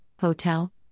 hotel